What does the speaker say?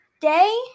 day